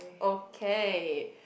okay